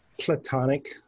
platonic